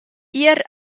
ier